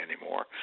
anymore